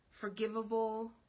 forgivable